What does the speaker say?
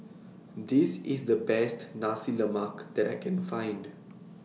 This IS The Best Nasi Lemak that I Can Find